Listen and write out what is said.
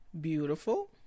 Beautiful